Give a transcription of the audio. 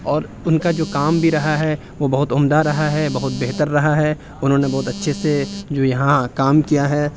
اور ان کا جو کام بھی رہا ہے وہ بہت عمدہ رہا ہے بہت بہتر رہا ہے انھوں نے بہت اچھے سے جو یہاں کام کیا ہے